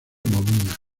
bovina